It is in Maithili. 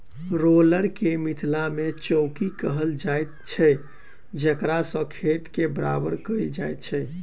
रोलर के मिथिला मे चौकी कहल जाइत छै जकरासँ खेत के बराबर कयल जाइत छै